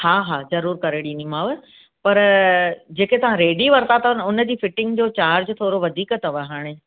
हा हा ज़रूरु करे ॾींदीमांव पर जेके तव्हां रेडी वरिता अथव न उनजी फिटिंग जो चार्ज थोरो वधीक अथव हाणे